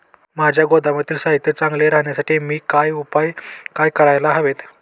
माझ्या गोदामातील साहित्य चांगले राहण्यासाठी मी काय उपाय काय करायला हवेत?